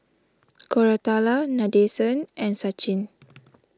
Koratala Nadesan and Sachin